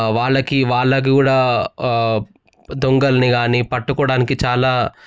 వాళ్ళకి వాళ్ళకి కూడా దొంగల్ని కానీ పట్టుకోడానికి చాలా